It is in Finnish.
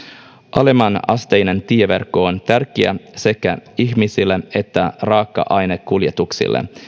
alemmanasteinen tieverkko on tärkeä sekä ihmisille että raaka ainekuljetuksille